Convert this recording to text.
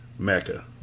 Mecca